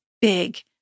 big